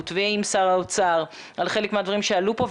ועם שר האוצר על חלק מהדברים שעלו פה,